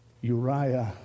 Uriah